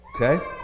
Okay